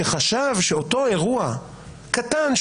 שחשב שאותו אירוע קטן,